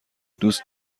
دوست